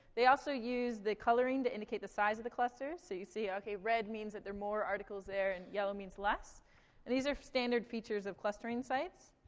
they also use the coloring to indicate the size of the cluster. so you see, okay, red means that there are more articles there, and yellow means less. and these are standard features of clustering sites.